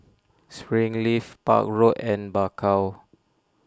Springleaf Park Road and Bakau